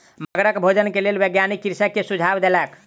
मगरक भोजन के लेल वैज्ञानिक कृषक के सुझाव देलक